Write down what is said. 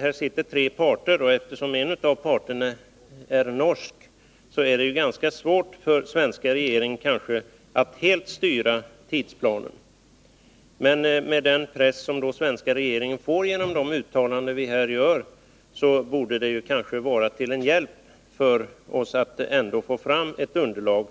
Här sitter tre parter, och eftersom en av parterna är norsk är det kanske ganska svårt för den svenska regeringen att helt styra tidsplanen. Den press som den svenska regeringen får genom de uttalanden vi här gör borde kunna vara till hjälp för oss att ändå få fram ett underlag